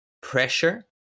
pressure